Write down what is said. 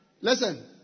Listen